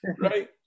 right